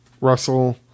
Russell